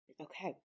Okay